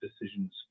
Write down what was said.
decisions